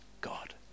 God